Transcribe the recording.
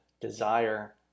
desire